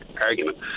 argument